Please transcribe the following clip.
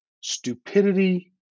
stupidity